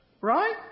right